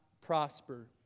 prosper